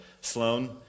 Sloane